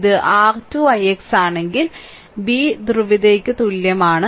ഇത് r 2 ix ആണെങ്കിൽ v ധ്രുവീയതയ്ക്ക് തുല്യമാണ്